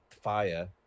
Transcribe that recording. fire